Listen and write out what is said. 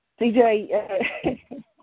CJ